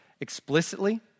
explicitly